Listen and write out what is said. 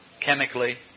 Chemically